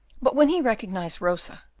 but when he recognised rosa,